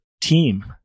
team